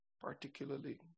particularly